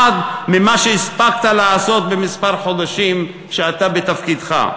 ממה שהספקת לעשות בכמה חודשים שאתה בתפקידך.